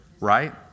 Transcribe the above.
right